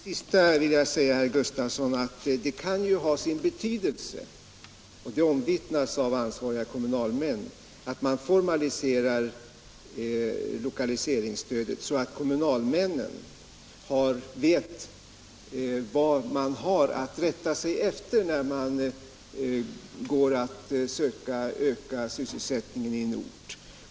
Herr talman! Till det sista vill jag säga, herr Gustavsson i Nässjö, att det kan ha sin betydelse — och det är omvittnat av ansvariga kommunalmän — att man formaliserar lokaliseringsstödet, så att kommlnalmännen vet vad de har att rätta sig efter när de går att försöka säkra sysselsättningen i en ort.